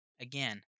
Again